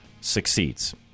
succeeds